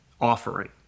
offering